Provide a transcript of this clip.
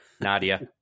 Nadia